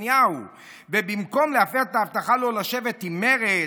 נתניהו במקום להפר את ההבטחה לא לשבת עם מרצ,